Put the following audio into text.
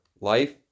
life